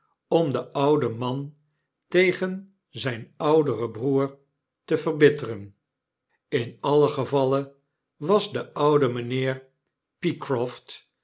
om den ouden man tegen zyn ouderen broeder te verbitteren in alien gevalle was de oude mynheer py